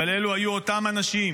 אבל אלה היו אותם אנשים